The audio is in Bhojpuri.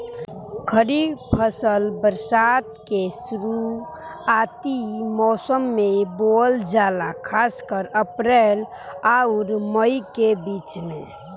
खरीफ फसल बरसात के शुरूआती मौसम में बोवल जाला खासकर अप्रैल आउर मई के बीच में